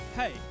Hey